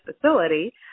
facility